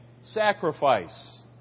sacrifice